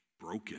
Broken